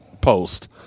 post